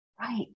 Right